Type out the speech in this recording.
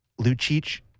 Lucic